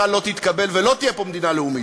לא תתקבל ולא תהיה פה מדינה דו-לאומית,